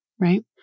right